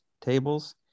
tables